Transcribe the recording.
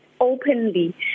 openly